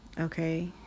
Okay